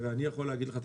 לא.